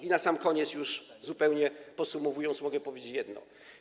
I na sam koniec, już zupełnie podsumowując, mogę powiedzieć jedno.